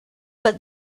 but